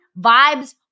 vibes